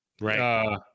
Right